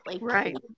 Right